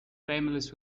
families